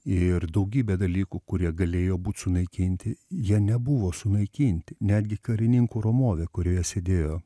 ir daugybė dalykų kurie galėjo būt sunaikinti jie nebuvo sunaikinti netgi karininkų romovė kurioje sėdėjo